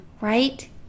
right